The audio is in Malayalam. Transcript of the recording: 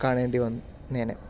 കാണേണ്ടി വന്നേനെ